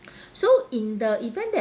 so in the event that